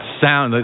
sound